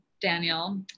Daniel